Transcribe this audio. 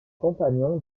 compagnon